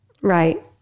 Right